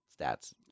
stats